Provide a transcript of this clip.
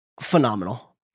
phenomenal